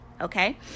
okay